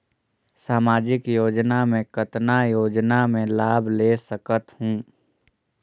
समाजिक योजना मे कतना योजना मे लाभ ले सकत हूं?